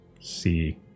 see